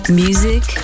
music